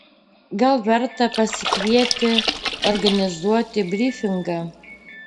gal verta pasikvieti organizuoti bryfingą